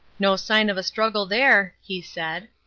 no sign of a struggle there, he said.